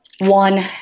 one